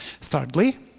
Thirdly